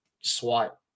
SWAT